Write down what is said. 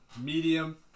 medium